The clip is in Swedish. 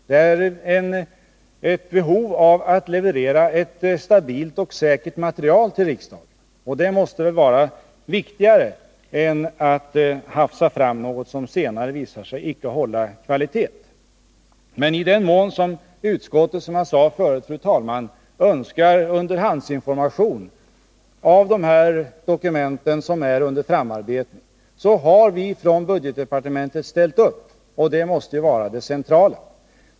Det är ett behov av att leverera ett stabilt och säkert material till riksdagen, och det måste väl vara viktigare än att hafsa fram något som senare visar sig icke hålla i fråga om kvalitet. Men i den mån utskottet — som jag sade förut, fru talman — önskat underhandsinformation när det gäller de dokument som är under framarbetning, så har vi från budgetdepartementets sida ställt upp, och det måste vara det centrala.